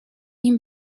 این